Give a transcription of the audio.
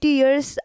years